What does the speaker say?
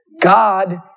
God